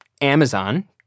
Amazon